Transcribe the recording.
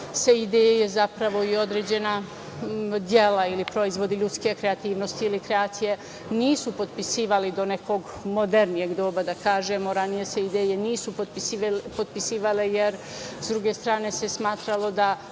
se ideje zapravo i određena dela ili proizvodi ljudske kreativnosti ili kreacije, nisu potpisivali do nekog modernijeg doba, da kažemo, ranije se ideje nisu potpisivale, jer sa druge strane se smatralo da